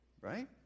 Right